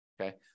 Okay